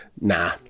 Nah